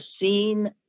seen